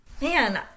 Man